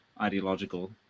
ideological